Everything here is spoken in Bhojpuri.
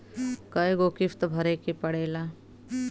कय गो किस्त भरे के पड़ेला?